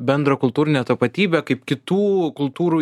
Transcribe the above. bendrą kultūrinę tapatybę kaip kitų kultūrų